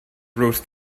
roast